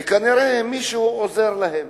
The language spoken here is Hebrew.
וכנראה מישהו עוזר להם.